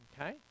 Okay